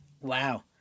Wow